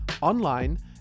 online